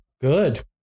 good